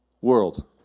world